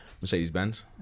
Mercedes-Benz